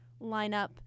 lineup